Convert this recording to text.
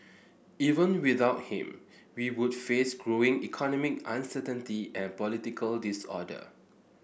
even without him we would face growing economic uncertainty and political disorder